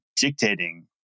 dictating